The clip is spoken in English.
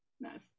Nice